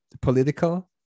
political